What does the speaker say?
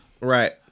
Right